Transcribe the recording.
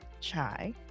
chai